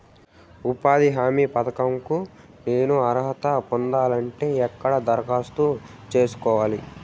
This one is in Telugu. ఉపాధి హామీ పథకం కు నేను అర్హత పొందాలంటే ఎక్కడ దరఖాస్తు సేసుకోవాలి?